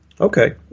Okay